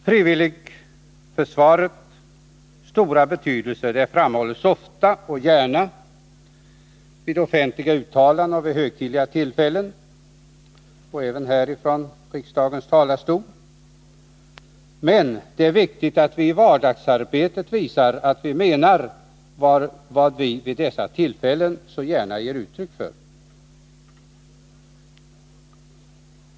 Frivilligförsvarets stora betydelse framhålls ofta och gärna i offentliga uttalanden och vid högtidliga tillfällen — även ifrån riksdagens talarstol. Men det är viktigt att vi i vardagsarbetet visar att vi menar vad vi vid dessa tillfällen så gärna ger uttryck för.